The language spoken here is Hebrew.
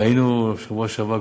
ראינו בשבוע שעבר,